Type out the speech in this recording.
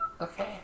Okay